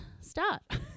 start